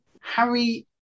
harry